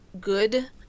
good